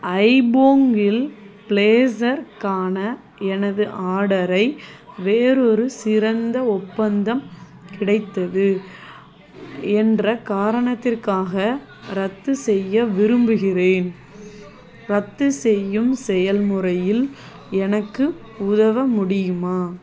ஐபோங்கில் ப்ளேசர்க்கான எனது ஆடரை வேறொரு சிறந்த ஒப்பந்தம் கிடைத்தது என்ற காரணத்திற்காக ரத்து செய்ய விரும்புகிறேன் ரத்து செய்யும் செயல்முறையில் எனக்கு உதவ முடியுமா